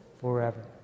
forever